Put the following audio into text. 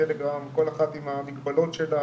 טלגרם כל אחת עם המגבלות שלה